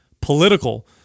political